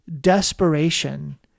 desperation